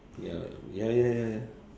ya ya ya ya ya ya